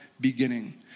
beginning